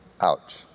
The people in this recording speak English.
Ouch